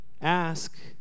ask